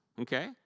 okay